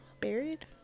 buried